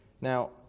Now